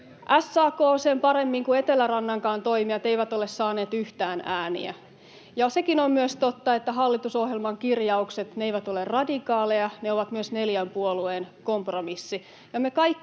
SAK sen paremmin kuin Etelärannankaan toimijat eivät ole saaneet yhtään ääniä. Ja sekin on myös totta, että hallitusohjelman kirjaukset eivät ole radikaaleja, ne ovat myös neljän puolueen kompromissi.